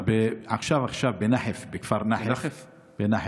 עכשיו, עכשיו, בכפר נחף.